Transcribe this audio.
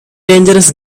dangerous